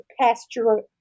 pasture